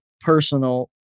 personal